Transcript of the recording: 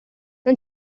non